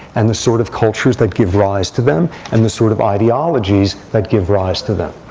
and the sort of cultures that give rise to them, and the sort of ideologies that give rise to them?